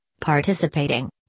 participating